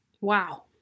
Wow